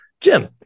Jim